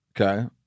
Okay